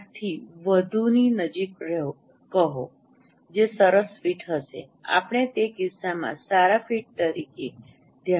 8 થી વધુની નજીક કહો જે સરસ ફીટ હશે આપણે તે કિસ્સામાં સારા ફીટ તરીકે ધ્યાનમાં લઈશું